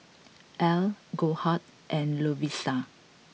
Elle Goldheart and Lovisa